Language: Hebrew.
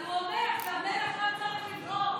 אבל הוא אומר שהמלך לא צריך לבחור.